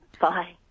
Bye